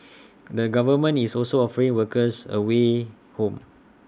the government is also offering workers A way home